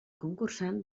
concursant